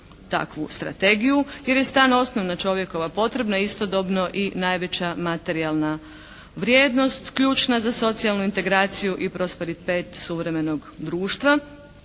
takvu strategiju, jer je stan osnovna čovjekova potreba, istodobno i najveća materijalna vrijednost ključna za socijalnu integraciju i prosperitet suvremenog društva,